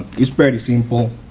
it's fairly simple.